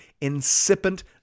incipient